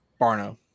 Barno